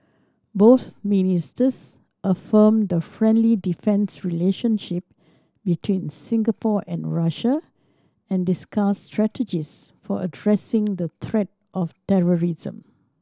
both ministers affirmed the friendly defence relationship between Singapore and Russia and discussed strategies for addressing the threat of terrorism